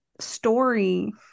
story